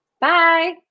Bye